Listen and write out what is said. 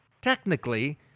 technically